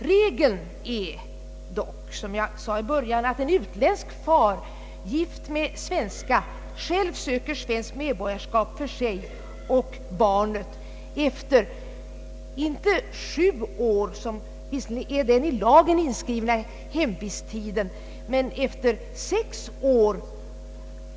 Regeln är dock, som jag sade i början av mitt anförande, att en utländsk far gift med en svenska själv söker svenskt medborgarskap för sig och barnet, inte efter sju år, som visserligen är den i lagen inskrivna hemvisttiden, utan efter sex.